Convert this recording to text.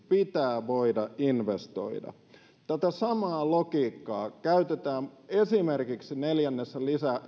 pitää voida investoida tätä samaa logiikkaa käytetään esimerkiksi neljännessä